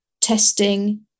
testing